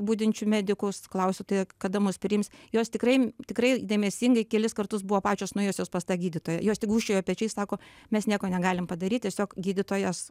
budinčių medikus klausiu tai kada mus priims jos tikrai tikrai dėmesingai kelis kartus buvo pačios nuėjusios pas tą gydytoją jos tik gūžčiojo pečiais sako mes nieko negalim padaryt tiesiog gydytojas